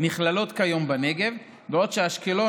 נכללות כיום בנגב בעוד אשקלון,